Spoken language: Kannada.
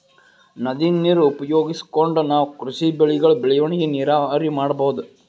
ನದಿ ನೀರ್ ಉಪಯೋಗಿಸ್ಕೊಂಡ್ ನಾವ್ ಕೃಷಿ ಬೆಳೆಗಳ್ ಬೆಳವಣಿಗಿ ನೀರಾವರಿ ಮಾಡ್ಬಹುದ್